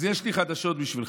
אז יש לי חדשות בשבילך,